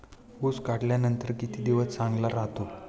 ऊस काढल्यानंतर किती दिवस चांगला राहतो?